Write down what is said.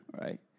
Right